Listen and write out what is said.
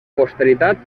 posteritat